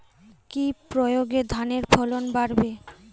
কি প্রয়গে ধানের ফলন বাড়বে?